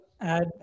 add